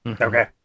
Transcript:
Okay